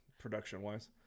production-wise